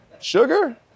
Sugar